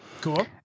Cool